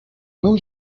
meu